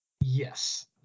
yes